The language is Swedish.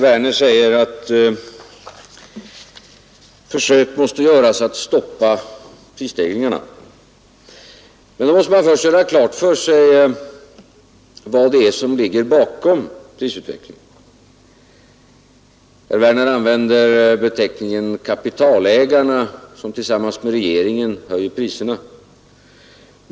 Herr talman! Herr Werner i Tyresö säger att försök måste göras att stoppa prisstegringarna. Men då måste man först göra klart för sig vad det är som ligger bakom prisutvecklingen. Herr Werner använder en formulering som innebär att kapitalägarna tillsammans med regeringen höjer priserna.